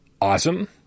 awesome